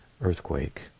earthquake